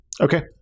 okay